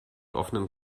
offenen